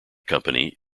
company